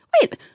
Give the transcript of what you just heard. Wait